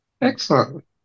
excellent